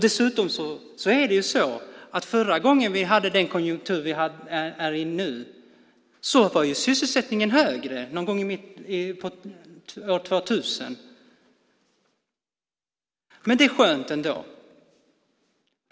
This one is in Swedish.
Dessutom är det så att förra gången vi hade den konjunktur vi är i nu var sysselsättningen högre - någon gång i mitten på år 2000. Men det är skönt ändå.